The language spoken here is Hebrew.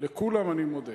לכולם אני מודה.